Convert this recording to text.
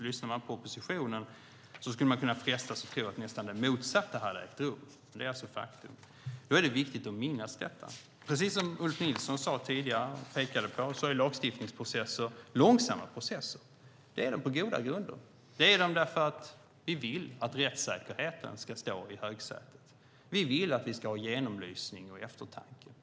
Lyssnar man på oppositionen skulle man kunna frestas att tro att nästan det motsatta hade ägt rum. Det är alltså faktum. Då är det viktigt att minnas detta. Precis som Ulf Nilsson tidigare pekade på är lagstiftningsprocesser långsamma processer. Det är de på goda grunder. Det är de därför att vi vill att rättssäkerheten ska sitta i högsätet. Vi vill ha genomlysning och eftertanke.